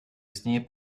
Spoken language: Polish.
istnieje